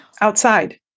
outside